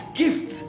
gift